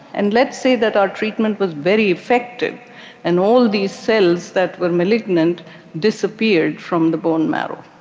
and let's say that our treatment was very effective and all of these cells that were malignant disappeared from the bone marrow.